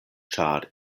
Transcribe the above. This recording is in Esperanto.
ĉar